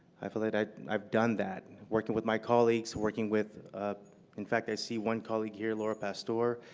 i feel that i have done that, working with my colleagues, working with in fact, i see one colleague here, laura pastor,